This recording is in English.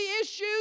issues